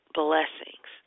blessings